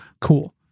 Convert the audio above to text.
cool